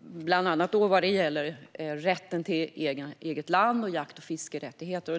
bland annat vad gäller rätten till eget land och jakt och fiskerättigheter.